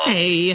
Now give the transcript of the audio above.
Hey